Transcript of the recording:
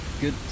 good